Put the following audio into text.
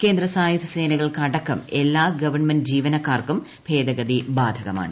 കേന്ദ്ര സായുധ സേനകൾ അടക്കം എല്ലാ ഗവൺമെന്റ് ജീവ്യ്ക്ക്കാർക്കും ഭേദഗതി ബാധകമാണ്